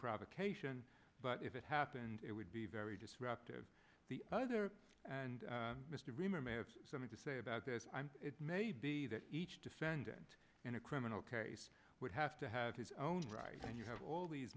provocation but if it happened it would be very disruptive the other and mr bremer may have something to say about this i'm it may be that each defendant in a criminal case would have to have his own right and you have all these